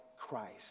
Christ